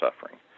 suffering